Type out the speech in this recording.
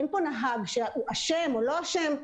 אין פה נהג שהוא אשם או לא אשם,